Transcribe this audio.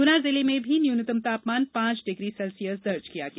गुना जिले में भी न्यूनतम तापमान पांच डिग्री सेल्सियस दर्ज किया गया